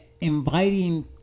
inviting